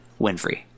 Winfrey